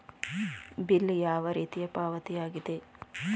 Bill ಯಾವ ರೀತಿಯ ಪಾವತಿಯಾಗಿದೆ?